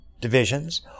divisions